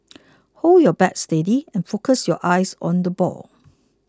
hold your bat steady and focus your eyes on the ball